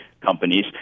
companies